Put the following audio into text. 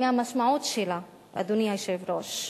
מהמשמעות שלה, אדוני היושב-ראש.